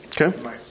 Okay